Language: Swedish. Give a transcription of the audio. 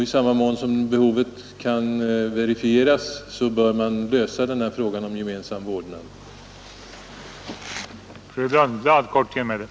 I samma mån som behovet kan verifieras bör frågan om gemensam vårdnad i nu åsyftade fall lösas.